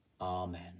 Amen